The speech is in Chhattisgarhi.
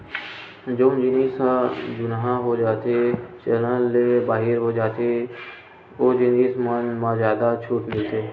जउन जिनिस ह जुनहा हो जाथेए चलन ले बाहिर हो जाथे ओ जिनिस मन म जादा छूट मिलथे